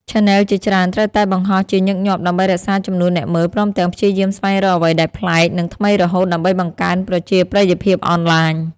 ឆានែលជាច្រើនត្រូវតែបង្ហោះជាញឹកញាប់ដើម្បីរក្សាចំនួនអ្នកមើល ព្រមទាំងព្យាយាមស្វែងរកអ្វីដែលប្លែក និងថ្មីរហូតដើម្បីបង្កើនប្រជាប្រិយភាពអនឡាញ។